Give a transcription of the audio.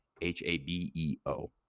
h-a-b-e-o